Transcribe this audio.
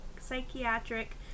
psychiatric